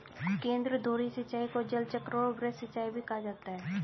केंद्रधुरी सिंचाई को जलचक्र और वृत्त सिंचाई भी कहा जाता है